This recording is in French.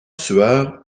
sueur